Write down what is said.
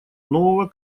нового